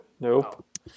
nope